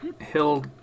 hill